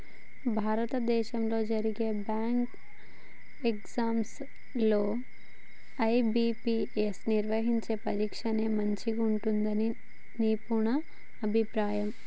భారతదేశంలో జరిగే bank exams లో ఐ.బీ.పీ.ఎస్ నిర్వహించే పరీక్షనే మంచిగా ఉంటుందని నిపుణుల అభిప్రాయం